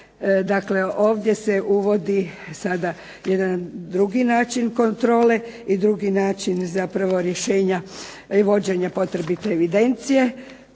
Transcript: ovdje se uvodi drugi način kontrole i drugi način rješenja i vođenja potrebite evidencije.